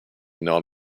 not